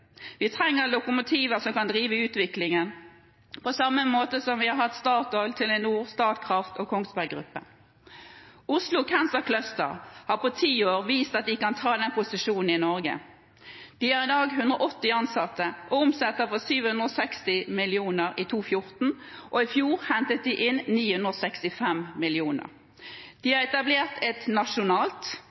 Vi trenger lokomotiver som kan drive utviklingen, på samme måte som vi har hatt Statoil, Telenor, Statkraft og Kongsberg Gruppen. Oslo Cancer Cluster har på ti år vist at de kan ta den posisjonen i Norge. De har i dag 180 ansatte. De omsatte for 760 mill. kr i 2014, og i fjor hentet de inn 965 mill. kr. De har etablert både et nasjonalt